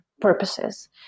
purposes